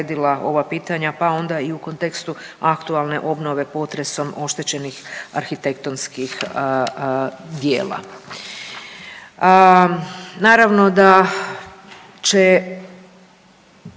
pa onda i u kontekstu aktualne obnove potresom oštećenih arhitektonskih dijela.